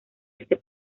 este